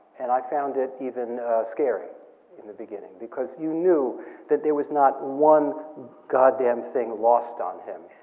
and i found it even scary in the beginning because you knew that there was not one goddamn thing lost on him.